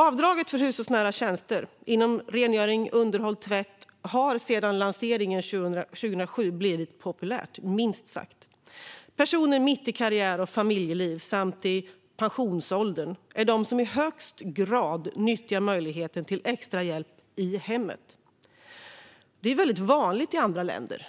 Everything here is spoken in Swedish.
Avdraget för hushållsnära tjänster inom rengöring, underhåll och tvätt har sedan lanseringen 2007 blivit minst sagt populärt. Personer mitt i karriär och familjeliv samt i pensionsåldern är de som i högst grad nyttjar möjligheten till extra hjälp i hemmet. Det är väldigt vanligt i andra länder